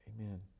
Amen